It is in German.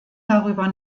darüber